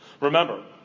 Remember